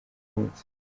munsi